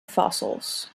fossils